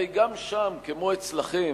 הרי גם שם, כמו אצלכם,